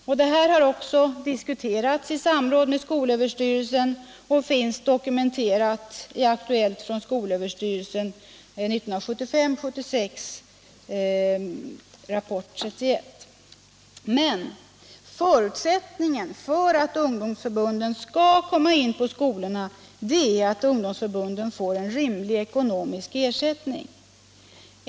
Detta har också diskuterats i samråd med skolöverstyrelsen, vilket finns dokumenterat i Aktuellt från Skolöverstyrelsen 1975/76:31. Men förutsättningen för att ungdomsförbunden skall komma in på skolorna är att de får en rimlig ekonomisk ersättning.